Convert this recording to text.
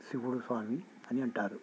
శివుడు స్వామి అని అంటారు